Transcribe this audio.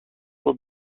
dans